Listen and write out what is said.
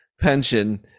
pension